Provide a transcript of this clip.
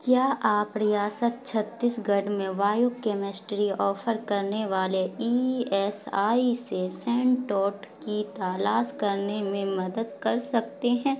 کیا آپ ریاست چھتیس گڑھ میں وایو کیمسٹری آفر کرنے والے ای ایس آئی سے سنٹوٹ کی تالاس کرنے میں مدد کر سکتے ہیں